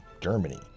Germany